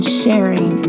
sharing